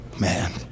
man